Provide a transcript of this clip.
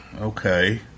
Okay